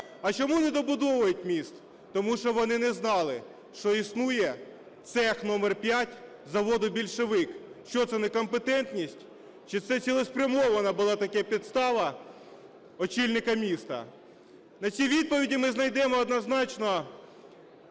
А чому не добудовують міст? Тому що вони не знали, що існує цех №5 заводу "Більшовик". Що це - некомпетентність? Чи це цілеспрямована була така підстава очільника міста? На це відповіді ми знайдемо однозначно